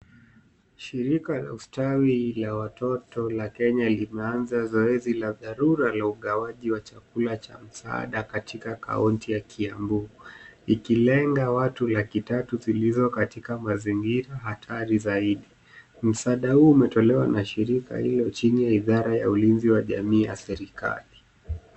Shirika la ustawi la watoto la Kenya limeanza zoezi la dharura la ugawaji wa chakula cha msaada katika kaunti ya Kiambu ikilenga watu laki tatu zilizokatika mazingira hatari zaidi. Msaada huo umetolewa na shirika hilo chini ya idara ya ulinzi wa jamii ya serikali.